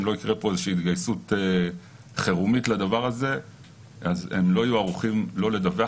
אם לא תקרה פה התגייסות חירומית לדבר הזה אז הם לא יהיו ערוכים לדווח